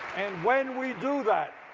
and when we do that,